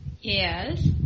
Yes